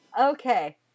Okay